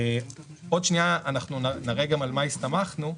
בעוד שנייה אנחנו נראה על מה הסתמכנו,